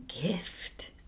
gift